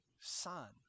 son